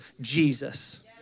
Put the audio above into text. Jesus